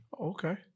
Okay